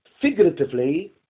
figuratively